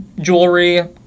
jewelry